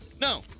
No